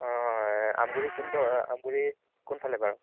অঁ আমগুৰি কোন দ আমগুৰি কোনফালে বাৰু